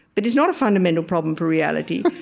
but it's not a fundamental problem for reality.